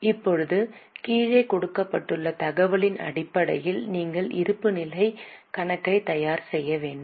இப்போது கீழே கொடுக்கப்பட்டுள்ள தகவலின் அடிப்படையில் நீங்கள் இருப்புநிலைக் கணக்கை தயார் செய்ய வேண்டும்